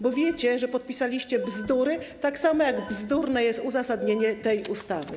Bo wiecie, że podpisaliście bzdury, tak samo jak bzdurne jest uzasadnienie tej ustawy.